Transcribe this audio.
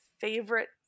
favorite